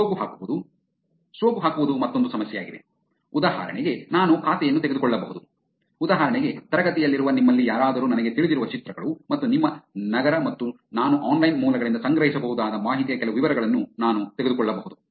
ಸೋಗು ಹಾಕುವುದು ಸೋಗು ಹಾಕುವುದು ಮತ್ತೊಂದು ಸಮಸ್ಯೆಯಾಗಿದೆ ಉದಾಹರಣೆಗೆ ನಾನು ಖಾತೆಯನ್ನು ತೆಗೆದುಕೊಳ್ಳಬಹುದು ಉದಾಹರಣೆಗೆ ತರಗತಿಯಲ್ಲಿರುವ ನಿಮ್ಮಲ್ಲಿ ಯಾರಾದರೂ ನನಗೆ ತಿಳಿದಿರುವ ಚಿತ್ರಗಳು ಮತ್ತು ನಿಮ್ಮ ನಗರ ಮತ್ತು ನಾನು ಆನ್ಲೈನ್ ಮೂಲಗಳಿಂದ ಸಂಗ್ರಹಿಸಬಹುದಾದ ಮಾಹಿತಿಯ ಕೆಲವು ವಿವರಗಳನ್ನು ನಾನು ತೆಗೆದುಕೊಳ್ಳಬಹುದು